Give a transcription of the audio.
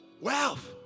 wealth